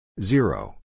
zero